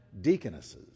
deaconesses